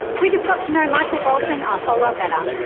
we just got to know michael bolton a whole lot better.